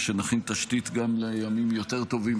ושנכין תשתית גם לימים יותר טובים,